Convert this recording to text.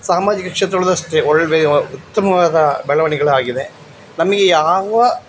ಸಾಮಾಜಿಕ ಕ್ಷೇತ್ರಗಳದ್ದು ಅಷ್ಟೇ ಒಳ್ಳೆ ವ ಉತ್ತಮವಾದ ಬೆಳವಣಿಗೆಗಳಾಗಿದೆ ನಮಗೆ ಯಾವ